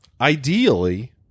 ideally